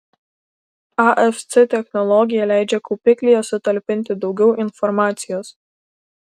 afc technologija leidžia kaupiklyje sutalpinti daugiau informacijos